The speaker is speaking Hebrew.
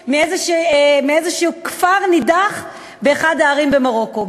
מאיזשהו כפר נידח באחד ההרים במרוקו.